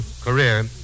career